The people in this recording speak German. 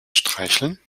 streicheln